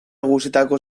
guztietako